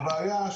הבעיה,